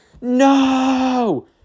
no